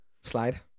slide